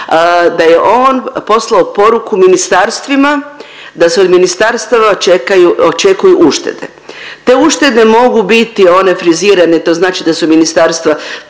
da je on poslao poruku ministarstvima da se od ministarstava očekuju uštede. Te uštede mogu biti one frizirane, to znači da su ministarstva